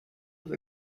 have